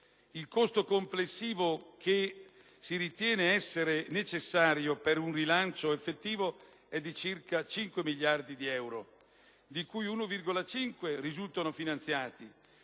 Il costo complessivo che si ritiene necessario per un rilancio effettivo è di circa 5 miliardi di euro, di cui circa 1,5 risultano finanziati